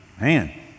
man